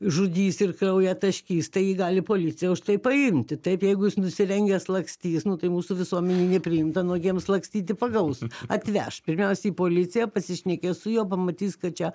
žudys ir kraują taškys tai jį gali policija už tai paimti taip jeigu jis nusirengęs lakstys nu tai mūsų visuomenėj nepriimta nuogiems lakstyti pagaus atveš pirmiausia į policiją pasišnekės su juo pamatys kad čia